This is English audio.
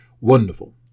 Wonderful